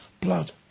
blood